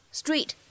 street